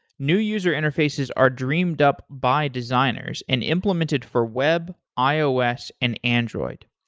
new user interfaces are dreamed up by designers and implemented for web, ios, and android.